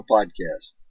Podcast